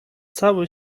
cały